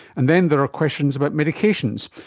and then there are questions about medications.